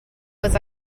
was